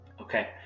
okay